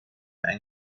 ein